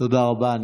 תודה רבה.